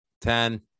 Ten